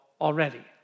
already